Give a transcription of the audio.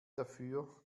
dafür